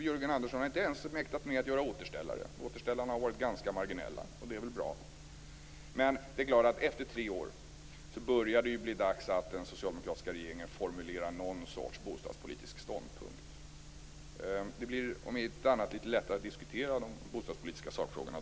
Jörgen Andersson har inte ens mäktat med att göra återställare. Återställarna har varit ganska marginella, och det är väl bra. Efter tre år börjar det ändå bli dags för den socialdemokratiska regeringen att formulera någon sorts bostadspolitisk ståndpunkt. Om inte annat, fru talman, blir det då litet lättare att diskutera de bostadspolitiska sakfrågorna.